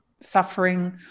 suffering